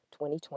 2020